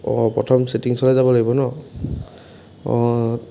অঁ প্ৰথম ছেটিংছলৈ যাব লাগিব ন অঁ